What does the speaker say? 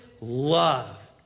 love